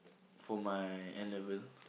for my N-level